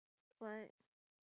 what